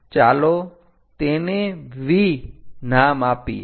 ચાલો તેને V નામ આપીએ